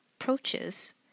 approaches